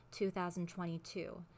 2022